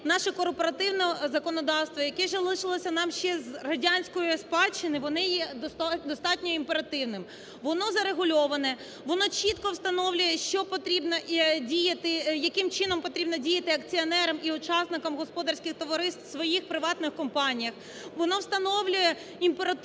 наше корпоративне законодавство, яке залишилося нам ще з радянської спадщини, вони є достатньо імперативним. Воно зарегульоване, воно чітко встановлює, що потрібно діяти, яким чином потрібно діяти акціонерам і учасникам господарських товариств у своїх приватних компаніях. Воно встановлює імперативні